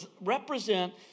represent